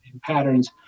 patterns